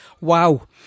wow